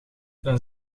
dan